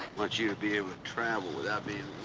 but you to be able to travel without being